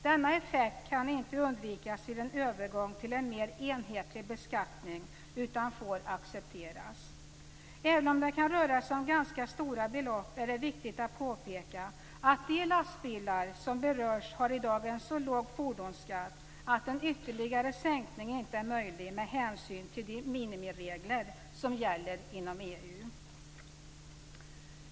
Denna effekt kan inte undvikas vid en övergång till en mer enhetlig beskattning utan får accepteras. Även om det kan röra sig om ganska stora belopp är det viktigt att påpeka att de lastbilar som berörs har i dag en så låg fordonsskatt att en ytterligare sänkning inte är möjlig med hänsyn till de minimiregler som gäller inom EU.